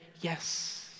yes